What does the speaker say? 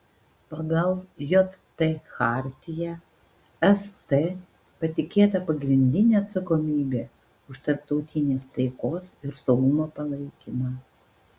pagal jt chartiją st patikėta pagrindinė atsakomybė už tarptautinės taikos ir saugumo palaikymą